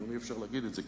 היום אי-אפשר להגיד את זה,